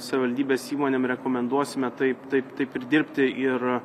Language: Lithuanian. savivaldybės įmonėm rekomenduosime taip taip taip ir dirbti ir